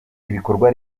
ibikorwa